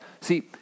See